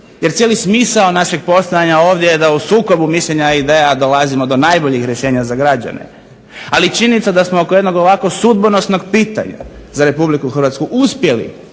jer cijeli smisao našeg postojanja ovdje da u sukobu mišljenja i … do najboljih rješenja za građane, ali činjenica da smo do ovog jednog ovako sudbonosnog pitanja za Republiku Hrvatsku uspjeli